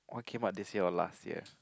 came out this year or last year